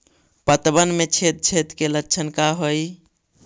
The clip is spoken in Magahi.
पतबन में छेद छेद के लक्षण का हइ?